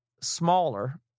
smaller